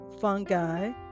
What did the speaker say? fungi